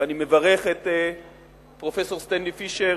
ואני מברך את פרופסור סטנלי פישר,